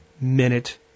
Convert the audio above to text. minute